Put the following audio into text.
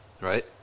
Right